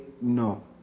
no